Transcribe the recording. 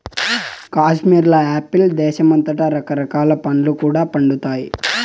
కాశ్మీర్ల యాపిల్ దేశమంతటా రకరకాల పండ్లు కూడా పండతండాయి